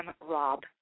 rob